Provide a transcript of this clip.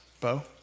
Bo